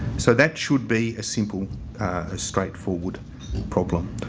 so, that should be a simple straightforward problem.